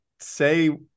say